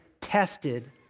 tested